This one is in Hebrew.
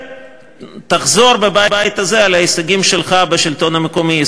ותחזור בבית הזה על ההישגים שלך בשלטון המקומי,